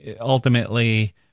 ultimately